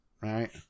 right